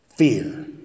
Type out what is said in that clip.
Fear